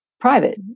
private